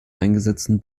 eingesetzten